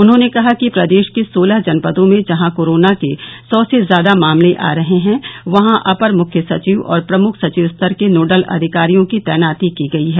उन्होंने कहा कि प्रदेश के सोलह जनपदों में जहाँ कोरोना के सौ से ज्यादा मामले आ रहे हैं वहाँ अपर मुख्य सचिव और प्रमुख सचिव स्तर के नोडल अधिकारियों की तैनाती की गयी है